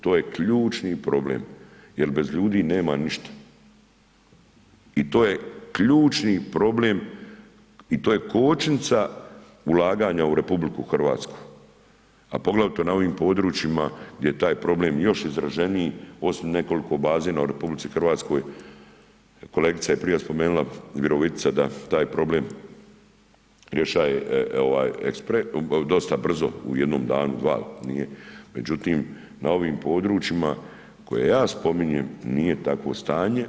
To je ključni problem jer bez ljudi nema ništa i to je ključni problem i to je kočnica ulaganja u RH, a poglavito na ovim područjima gdje je taj problem još izraženiji osim nekoliko bazena u RH, kolegica je prije spomenula Virovitica da taj problem rješaje dosta brzo u jednom danu, dva, međutim na ovim područjima koje ja spominjem nije takvo stanje.